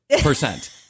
percent